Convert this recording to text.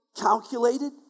calculated